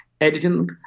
editing